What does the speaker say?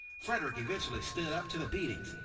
frederick eventually stood up to the beatings,